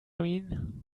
mean